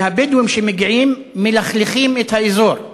והבדואים שמגיעים מלכלכים את האזור,